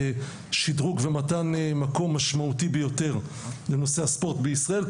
לשידרוג ומתן מקום משמעותי ביותר לנושא הספורט בישראל,